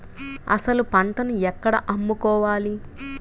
అసలు పంటను ఎక్కడ అమ్ముకోవాలి?